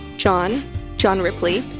john john ripley,